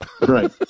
Right